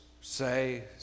say